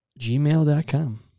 Gmail.com